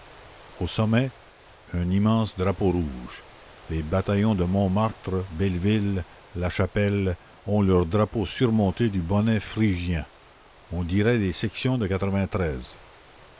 au sommet un immense drapeau rouge les bataillons de montmartre belleville la chapelle ont leurs drapeaux surmontés du bonnet phrygien on dirait les sections de